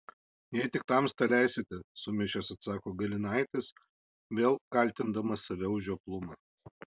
jei tik tamsta leisite sumišęs atsako galinaitis vėl kaltindamas save už žioplumą